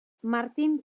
martin